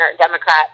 Democrat